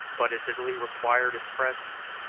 but as italy required his presence,